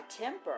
temper